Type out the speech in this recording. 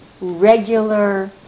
regular